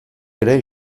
ere